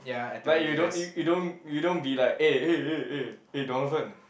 like you don't you you don't you don't be like eh eh eh eh eh Donovan